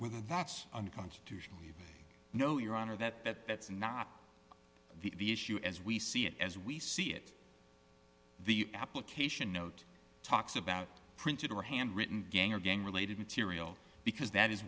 with that's unconstitutional you know your honor that that that's not the issue as we see it as we see it the application note talks about printed or handwritten gang or gang related material because that is